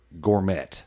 gourmet